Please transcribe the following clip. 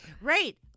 right